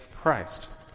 Christ